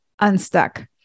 unstuck